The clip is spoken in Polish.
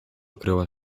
okryła